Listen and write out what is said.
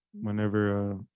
whenever